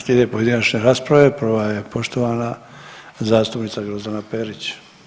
Slijede pojedinačne rasprave, prva je poštovana zastupnica Grozdana Perić.